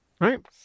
Right